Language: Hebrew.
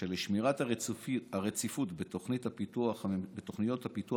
שלשמירת הרציפות בתוכניות הפיתוח